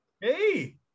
Hey